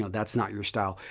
know, thatis not your style.